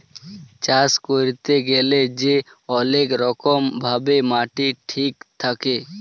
চাষ ক্যইরতে গ্যালে যে অলেক রকম ভাবে মাটি ঠিক দ্যাখে